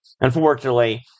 unfortunately